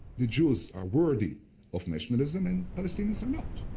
the jews are worthy of nationalism and palestinians are not.